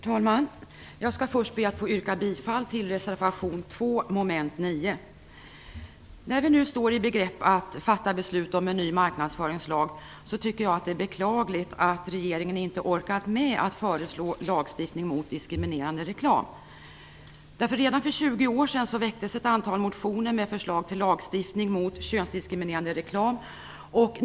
Herr talman! Jag skall först be att få yrka bifall till reservation 2 avseende mom. 9. När vi nu står i begrepp att fatta beslut om en ny marknadsföringslag tycker jag att det är beklagligt att regeringen inte har orkat föreslå lagstiftning mot diskriminerande reklam. Redan för 20 år sedan väcktes ett antal motioner med förslag till lagstiftning mot könsdiskriminerande reklam.